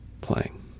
playing